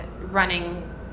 running